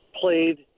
played